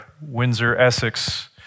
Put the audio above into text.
Windsor-Essex